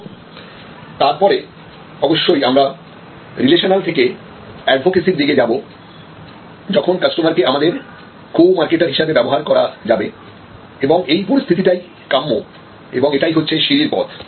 এবং তার পরে অবশ্যই আমরা রিলেশনাল থেকে এডভোকেসির দিকে যাব যখন কাস্টমারকে আমাদের কোমার্কেটার হিসেবে ব্যবহার করা যাবে এবং এই পরিস্থিতিটাই কাম্য এবং এটাই হচ্ছে সিঁড়ির পথ